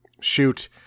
shoot